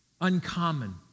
uncommon